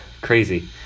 crazy